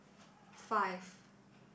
five